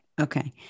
Okay